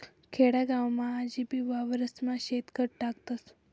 खेडागावमा आजबी वावरेस्मा शेणखत टाकतस